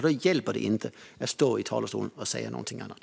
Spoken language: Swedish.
Då hjälper det inte att stå i talarstolen och säga något annat.